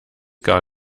gar